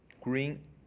green